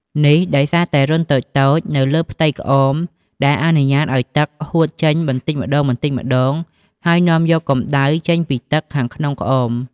នេះដោយសារតែរន្ធតូចៗនៅលើផ្ទៃក្អម ដែលអនុញ្ញាតឱ្យទឹកហួតចេញបន្តិចម្ដងៗ ហើយនាំយកកម្ដៅចេញពីទឹកខាងក្នុងក្អម។